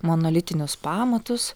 monolitinius pamatus